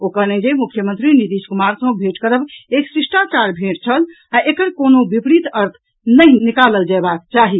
ओ कहलनि जे मुख्यमंत्री नीतीश कुमार सॅ भेंट करब एक शिष्टाचार भेंट छल आ एकर कोनो विपरीत अर्थ नहि निकालल जयबाक चाही